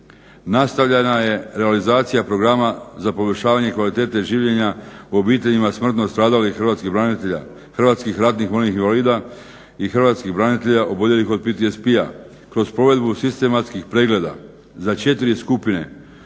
Nastavljena je realizacija programa za poboljšavanje kvalitete življenja u obiteljima smrtno stradalih hrvatskih branitelja, hrvatskih ratnih vojnih invalida i hrvatskih branitelja oboljelih od PTSP-a, kroz provedbu sistematskih pregleda za četiri skupine